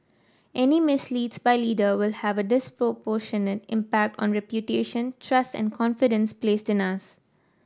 any misdeeds by leader will have a disproportionate impact on reputation trust and confidence placed in us